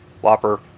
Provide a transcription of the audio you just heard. whopper